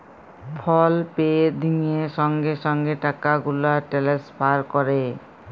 ফল pay দিঁয়ে সঙ্গে সঙ্গে টাকা গুলা টেলেসফার ক্যরে